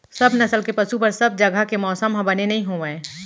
सब नसल के पसु बर सब जघा के मौसम ह बने नइ होवय